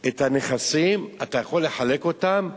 את הנכסים, אתה יכול לחלק אותם,